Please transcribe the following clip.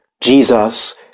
Jesus